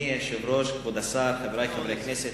אדוני היושב-ראש, כבוד השר, חברי חברי הכנסת,